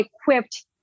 equipped